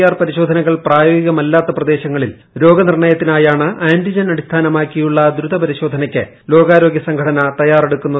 R പരിശോധനകൾ പ്രായോഗികമല്ലാത്ത പ്രദേശങ്ങളിൽ രോഗനിർണയത്തിനായാണ് ആന്റിജൻ അടിസ്ഥാനമാക്കിയുള്ള ദ്രുത പരിശോധനയ്ക്ക് ലോകാരോഗൃ സംഘടന തയ്യറെടുക്കുന്നത്